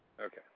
Okay